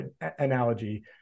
analogy